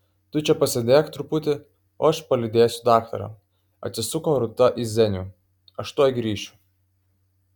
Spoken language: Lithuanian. tu čia pasėdėk truputį o aš palydėsiu daktarą atsisuko rūta į zenių aš tuoj grįšiu